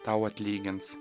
tau atlygins